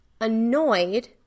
annoyed